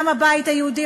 גם הבית היהודי,